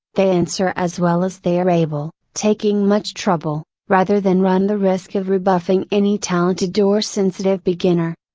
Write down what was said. they answer as well as they are able, taking much trouble, rather than run the risk of rebuffing any talented or sensitive beginner.